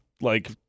like-